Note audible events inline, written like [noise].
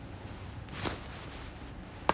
[noise]